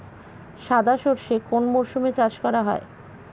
সাদা সর্ষে কোন মরশুমে চাষ করা হয়?